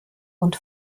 und